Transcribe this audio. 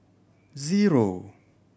zero